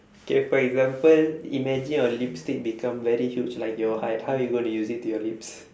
K for example imagine your lipstick become very huge like your height how you going to use it to your lips